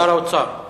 שר האוצר.